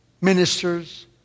ministers